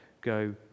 go